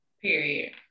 period